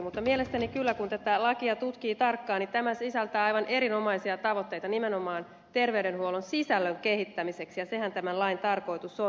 mutta mielestäni kyllä kun tätä lakia tutkii tarkkaan tämä sisältää aivan erinomaisia tavoitteita nimenomaan terveydenhuollon sisällön kehittämiseksi ja sehän tämän lain tarkoitus on